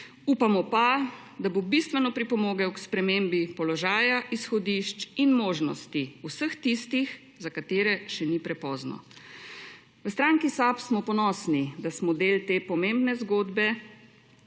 Upamo pa, da bo bistveno pripomogel k spremembi položaja, izhodišč in možnosti vseh tistih, za katere še ni prepozno. V stranki SAB smo ponosni, da smo del te pomembne zgodbe